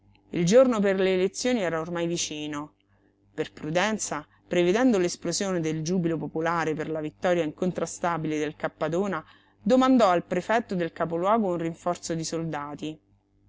il giorno per le elezioni era ormai vicino per prudenza prevedendo l'esplosione del giubilo popolare per la vittoria incontrastabile del cappadona domandò al prefetto del capoluogo un rinforzo di soldati